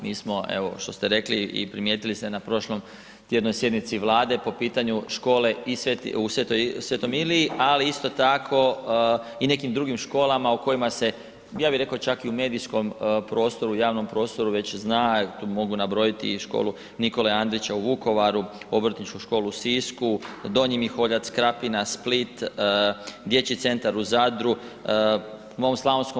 Mi smo evo, što ste rekli i primijetili ste na prošlom tjednu i sjednici Vlade po pitanju škole u Sv. Iliji ali isto tako i nekim drugim školama o kojima se ja bi rekao, čak i u medijskom prostoru, javnom prostoru već zna, tu mogu nabrojati i školu N. Andrića u Vukovaru, Obrtničku školu u Sisku, Donji Miholjac, Krapina, Split, Dječji centar u Zadru, ima u Sl.